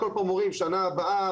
כל פעם אומרים שנה הבאה,